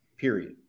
period